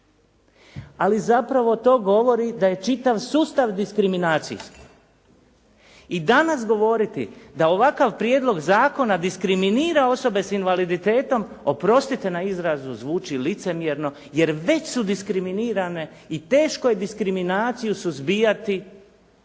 Ali zapravo to govori da je čitav sustav diskriminacijski i danas govoriti da ovakav prijedlog zakona diskriminira osobe s invaliditetom oprostite na izrazu, zvuči licemjerno, jer već su diskriminirane i teško je diskriminaciju suzbijati